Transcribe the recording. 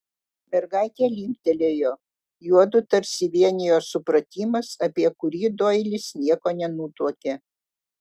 mergaitė linktelėjo juodu tarsi vienijo supratimas apie kurį doilis nieko nenutuokė